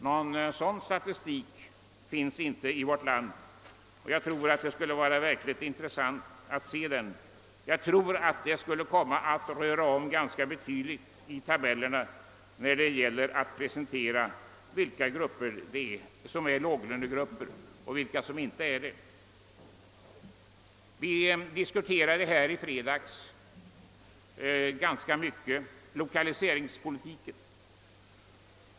Någon sådan statistik finns inte i vårt land, och jag tror det skulle vara verkligt intressant om den kunde upprättas — den skulle säkerligen röra om betydligt i tabellerna när det gäller att presentera vilka grupper som är låglönegrupper och vilka som inte är det. I fredags diskuterade vi ganska mycket lokaliseringspolitiken.